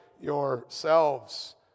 yourselves